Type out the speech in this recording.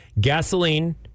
Gasoline